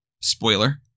Spoiler